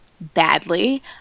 badly